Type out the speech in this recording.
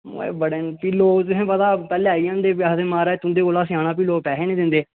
बड़े न फ्ही लोग तुहेंगी पता पैहले आई जंदे ते फ्ही आखदे माराज तुंदे कौला स्याना फ्ही लोग पैहे नी दिंदे